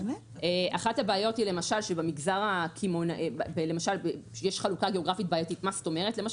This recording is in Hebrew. אחת הבעיות היא למשל שיש חלוקה גיאוגרפית למשל,